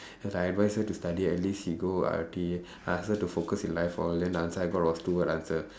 cause I advise her to study at least she go I_T_E I ask her to focus in life for then the answer I got was two word answer